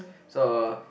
so